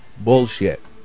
Bullshit